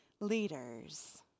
leaders